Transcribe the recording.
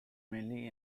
mainly